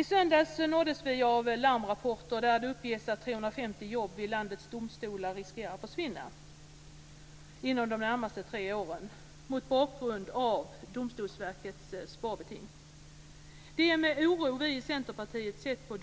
I söndags nåddes vi av larmrapporter där det uppgavs att 350 jobb vid landets domstolar riskerar att försvinna inom de närmaste tre åren mot bakgrund av Domstolsverkets sparbeting. Det är med oro vi i Centerpartiet ser på